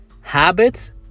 habits